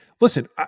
listen